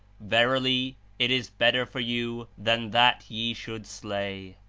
verily it is better for you than that ye should slay.